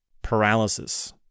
Paralysis